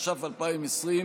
התש"ף 2020,